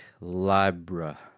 Libra